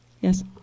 Yes